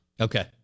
Okay